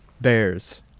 Bears